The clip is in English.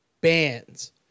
bands